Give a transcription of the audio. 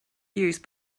use